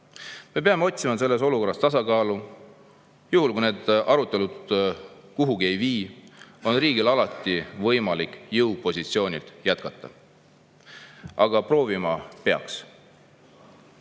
Me peame selles olukorras tasakaalu otsima. Juhul, kui need arutelud kuhugi ei vii, on riigil alati võimalik jõupositsioonilt jätkata, aga proovima peaks. Usk